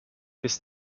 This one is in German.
bis